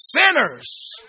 sinners